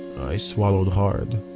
i swallowed hard,